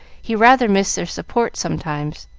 he rather missed their support sometimes.